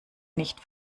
nicht